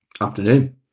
Afternoon